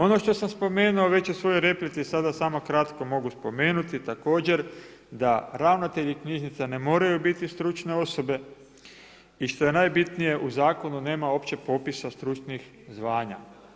Ono što sam spomenuo već u svojoj replici sada samo kratko mogu spomenuti, također, da ravnatelji knjižnica ne moraju biti stručne osobe i što je najbitnije u zakonu nema uopće popisa stručnih zvanja.